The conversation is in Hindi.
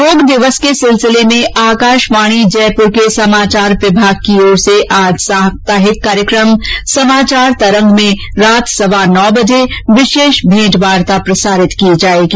योग दिवस के सिलसिले में आकाशवाणी जयपुर के समाचार विभाग की ओर से आज साप्ताहिक कार्यक्रम समाचार तरंग में रात सवा नौ बजे विशेष भेंटवार्ता प्रसारित की जाएगी